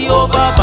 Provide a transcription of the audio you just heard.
over